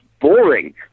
boring